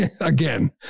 Again